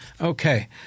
Okay